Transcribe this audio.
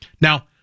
Now